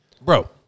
Bro